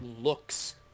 looks